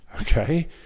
okay